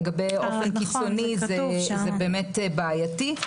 לגבי "אופן קיצוני" זה באמת בעייתי,